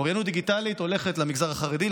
אוריינות דיגיטלית הולכת למגזר החרדי,